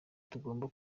tugomba